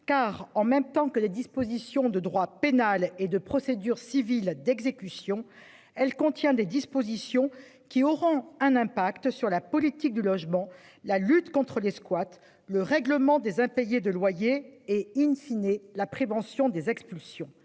car en même temps que les dispositions de droit pénal et de procédure civile a d'exécution. Elle contient des dispositions qui auront un impact sur la politique du logement, la lutte contre les squats. Le règlement des impayés de loyers et in fine et la prévention des expulsions.